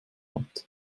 hat